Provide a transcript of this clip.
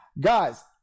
guys